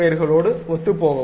பெயர்களோடு ஒத்துப்போகவும்